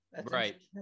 Right